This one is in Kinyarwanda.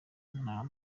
nta